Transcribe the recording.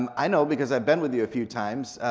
um i know because i've been with you few times,